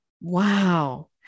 Wow